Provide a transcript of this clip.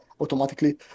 automatically